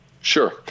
sure